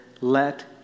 let